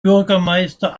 bürgermeister